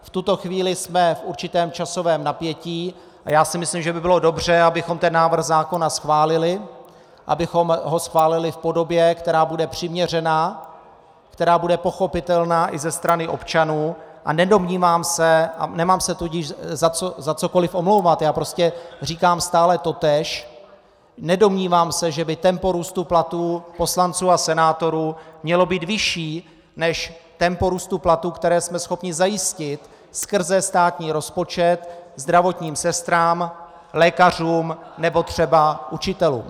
V tuto chvíli jsme v určitém časovém napětí a já si myslím, že by bylo dobře, abychom návrh zákona schválili, abychom ho schválili v podobě, která bude přiměřená, která bude pochopitelná i ze strany občanů, a nedomnívám se a nemám se tudíž za cokoliv omlouvat, já prostě říkám stále totéž , že by tempo růstu platů poslanců a senátorů mělo být vyšší než tempo růstu platů, které jsme schopni zajistit skrze státní rozpočet zdravotním sestrám, lékařům nebo třeba učitelům.